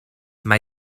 mae